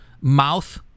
mouth